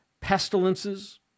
pestilences